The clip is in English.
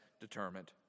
determined